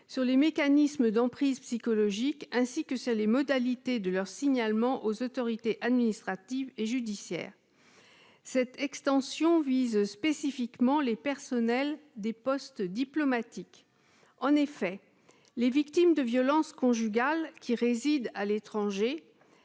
sur les mécanismes d'emprise psychologique ainsi que ça les modalités de leur signalement aux autorités administratives et judiciaires, cette extension vise spécifiquement les personnels des postes diplomatiques, en effet, les victimes de violences conjugales, qui réside à l'étranger